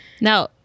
Now